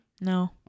No